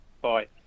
bye